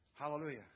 Hallelujah